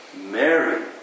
Mary